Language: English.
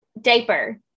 diaper